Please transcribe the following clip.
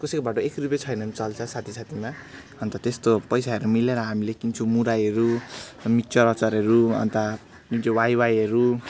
कसैकोबाट एक रुपियाँ छैन भने चल्छ साथी साथीमा अन्त त्यस्तो पैसाहरू मिलाएर हामीले किन्छौँ मुरैहरू र मिक्चर अचारहरू अन्त जुन चाहिँ वाइवाईहरू